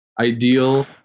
ideal